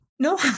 no